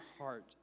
heart